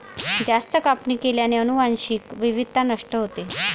जास्त कापणी केल्याने अनुवांशिक विविधता नष्ट होते